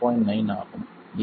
9 ஆகும்